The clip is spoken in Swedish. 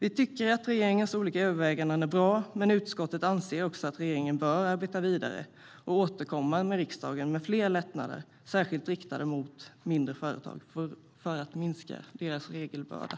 Vi tycker att regeringens olika överväganden är bra, men utskottet anser också att regeringen bör arbeta vidare och återkomma till riksdagen med förslag på fler lättnader särskilt riktade mot mindre företag för att minska deras regelbörda.